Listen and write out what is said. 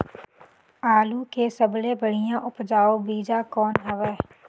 आलू के सबले बढ़िया उपजाऊ बीजा कौन हवय?